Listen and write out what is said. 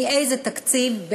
מאיזה תקציב,